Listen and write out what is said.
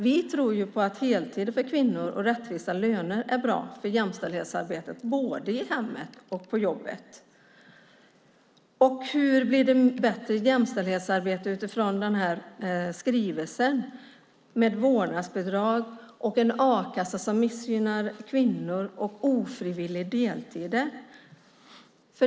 Vi tror att heltid för kvinnor och rättvisa löner är bra för jämställdhetsarbetet, både i hemmet och på jobbet. Hur blir det ett bättre jämställdhetsarbete utifrån den här skrivelsen med vårdnadsbidrag, en a-kassa som missgynnar kvinnor och ofrivilliga deltider?